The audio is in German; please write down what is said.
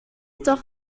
doch